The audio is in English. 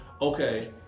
okay